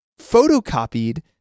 photocopied